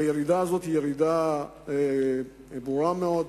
והירידה הזאת היא ירידה ברורה מאוד.